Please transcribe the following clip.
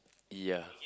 ya